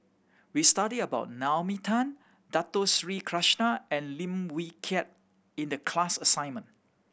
we studied about Naomi Tan Dato Sri Krishna and Lim Wee Kiak in the class assignment